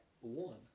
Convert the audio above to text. one